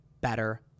better